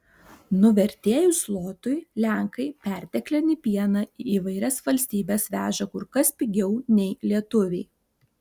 nuvertėjus zlotui lenkai perteklinį pieną į įvairias valstybes veža kur kas pigiau nei lietuviai